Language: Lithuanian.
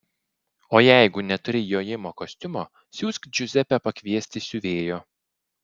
o jeigu neturi jojimo kostiumo siųsk džiuzepę pakviesti siuvėjo